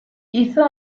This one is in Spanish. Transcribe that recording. hizo